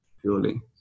purely